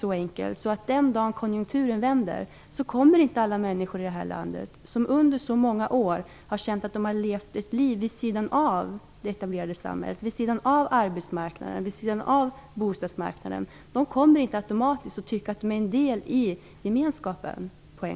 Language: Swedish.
Den dagen då konjunkturen vänder kommer nämligen inte alla de människor i det här landet som under så många år har känt att de har levt ett liv vid sidan av det etablerade samhället, vid sidan av arbetsmarknaden och vid sidan av bostadsmarknaden på en gång automatiskt att känna att de är en del i gemenskapen.